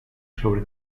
sobre